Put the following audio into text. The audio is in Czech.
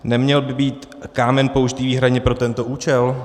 Neměl by být kámen použit výhradně pro tento účel?